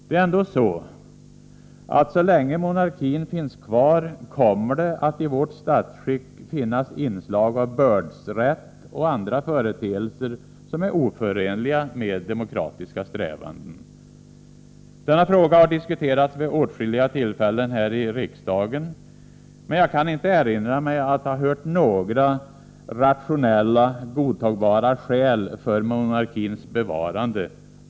Det är ändå på det sättet, att så länge monarkin finns kvar kommer det att i vårt statsskick finnas inslag av bördsrätt och andra företeelser som är oförenliga med demokratiska strävanden. Denna fråga har diskuterats vid åtskilliga tillfällen här i riksdagen, men jag kan inte erinra mig att ha hört några godtagbara, rationella skäl för monarkins bevarande.